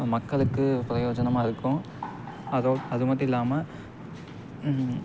மக்களுக்கு பிரயோஜனமாக இருக்கும் அதுவும் அது மட்டும் இல்லாமல்